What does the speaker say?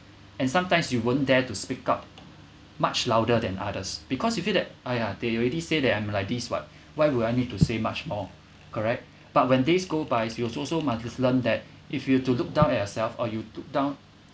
and sometimes you won't dare to speak up much louder than others because you feel that !aiya! they already say that I'm like this [what] why would I need to say much more correct but when days go by you also must learn that if you to look down on yourself or you look down